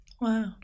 Wow